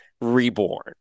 reborn